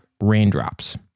raindrops